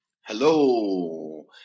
Hello